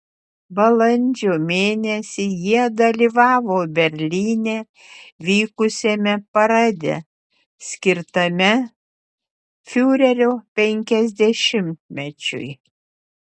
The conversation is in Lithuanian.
balandžio mėnesį jie dalyvavo berlyne vykusiame parade skirtame fiurerio penkiasdešimtmečiui